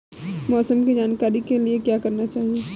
मौसम की जानकारी के लिए क्या करना चाहिए?